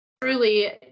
truly